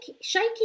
shaky